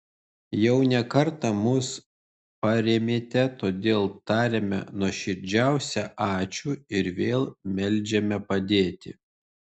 jau ne kartą mus parėmėte todėl tariame nuoširdžiausią ačiū ir vėl meldžiame padėti